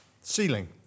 ceiling